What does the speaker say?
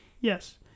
Yes